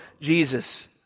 Jesus